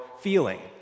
feeling